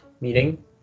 meeting